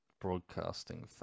Broadcasting